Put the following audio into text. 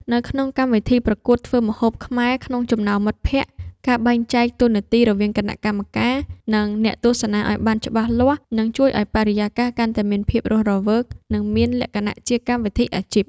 នៅក្នុងកម្មវិធីប្រកួតធ្វើម្ហូបខ្មែរក្នុងចំណោមមិត្តភក្តិ ការបែងចែកតួនាទីរវាងគណៈកម្មការ និងអ្នកទស្សនាឱ្យបានច្បាស់លាស់ នឹងជួយឱ្យបរិយាកាសកាន់តែមានភាពរស់រវើក និងមានលក្ខណៈជាកម្មវិធីអាជីព។